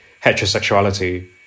heterosexuality